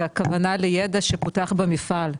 והכוונה לידע שפותח במפעל,